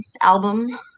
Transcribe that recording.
album